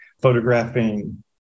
photographing